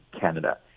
Canada